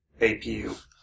APU